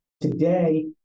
Today